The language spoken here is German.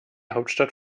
hauptstadt